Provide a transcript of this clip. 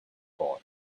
boy